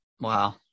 Wow